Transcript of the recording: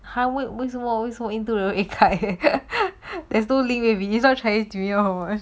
还问为什么为什么印度人会开 there is no link baby is not chinese new year or